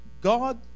God